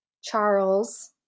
Charles